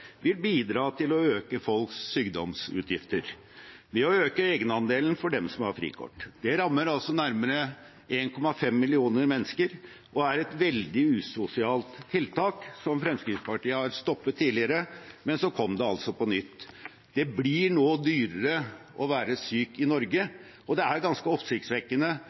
vil bidra til å øke folks sykdomsutgifter ved å øke egenandelen for dem som har frikort. Det rammer altså nærmere 1,5 millioner mennesker og er et veldig usosialt tiltak som Fremskrittspartiet har stoppet tidligere, men så kom det altså på nytt. Det blir nå dyrere å være syk i Norge, og det er ganske oppsiktsvekkende